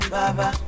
Baba